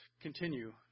continue